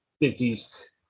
fifties